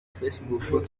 facebook